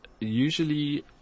usually